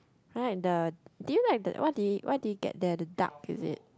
right the do you like the what did you what did you get there the duck is it